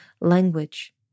language